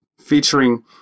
Featuring